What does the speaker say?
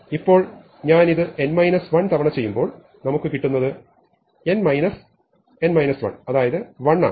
ഇപ്പോൾ ഞാൻ ഇത് തവണ ചെയ്യുമ്പോൾ നമുക്ക് കിട്ടുന്നത് n അതായത് 1 ആണ്